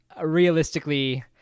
realistically